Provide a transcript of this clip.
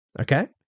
okay